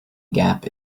gap